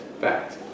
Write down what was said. fact